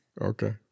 Okay